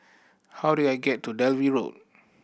how do I get to Dalvey Road